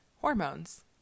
hormones